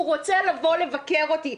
הוא רוצה לבוא לבקר אותי.